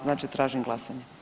Znači tražim glasanje.